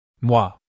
Moi